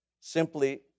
simply